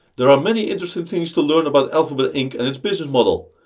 there are many interesting things to learn about alphabet inc and its business model.